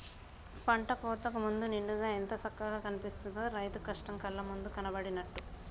పంట కోతకు ముందు నిండుగా ఎంత సక్కగా కనిపిత్తదో, రైతు కష్టం కళ్ళ ముందు కనబడినట్టు